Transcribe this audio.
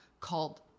Called